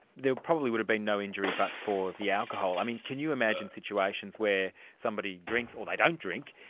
there probably would have been no injury but for the alcohol. i mean can you imagine situations where somebody drinks, or they don't drink,